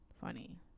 funny